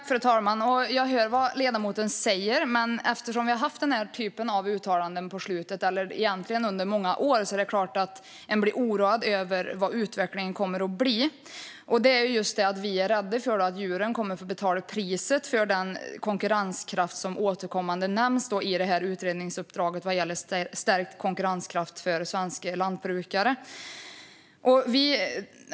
Fru talman! Jag hör vad ledamoten säger. Men eftersom det har varit många sådana uttalanden under många år blir man oroad över vad utvecklingen kommer att bli. Vi är rädda för att djuren kommer att betala priset för den konkurrenskraft som återkommande nämns i utredningsuppdraget vad gäller stärkt konkurrenskraft för svenska lantbrukare.